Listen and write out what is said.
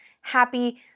happy